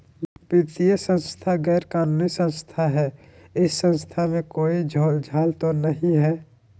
वित्तीय संस्था गैर कानूनी संस्था है इस संस्था में कोई झोलझाल तो नहीं है?